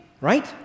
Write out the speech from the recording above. right